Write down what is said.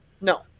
No